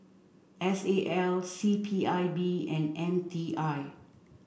S A L C P I B and M T I